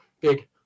big